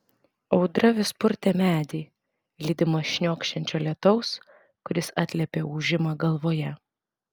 audra vis dar purtė medį lydima šniokščiančio lietaus kuris atliepė ūžimą galvoje